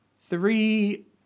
three